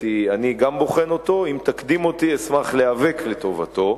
בוחן אותו, אם תקדים אותי, אשמח להיאבק לטובתו.